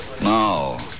No